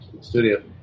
studio